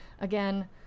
again